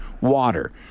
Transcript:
water